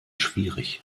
schwierig